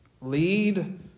Lead